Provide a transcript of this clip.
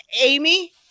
Amy